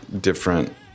different